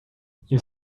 you